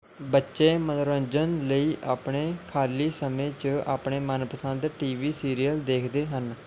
ਬੱਚੇ ਮੰਨੋਰੰਜਨ ਲਈ ਆਪਣੇ ਖਾਲੀ ਸਮੇਂ 'ਚ ਆਪਣੇ ਮਨਪਸੰਦ ਟੀ ਵੀ ਸੀਰੀਅਲ ਦੇਖਦੇ ਹਨ